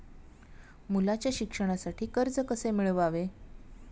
मुलाच्या शिक्षणासाठी कर्ज कसे मिळवावे?